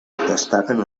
destaquen